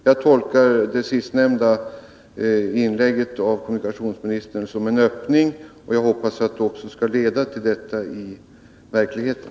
Jag tolkar kommunikationsministerns senaste inlägg som en öppning, och jag hoppas att det också skall leda till en sådan i verkligheten.